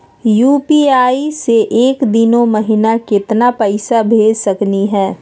UPI स एक दिनो महिना केतना पैसा भेज सकली हे?